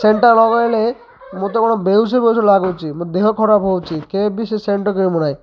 ସେଣ୍ଟ୍ଟା ଲଗେଇଲେ ମୁଁ ତ କ'ଣ ବେଉସେ ବେଉସେ ଲାଗୁଚି ମୋ ଦେହ ଖରାପ ହେଉଛି କେବେ ବି ସେଣ୍ଟ୍ଟା କିଣିବୁନାହିଁ